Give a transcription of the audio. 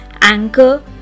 Anchor